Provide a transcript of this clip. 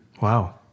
Wow